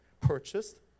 purchased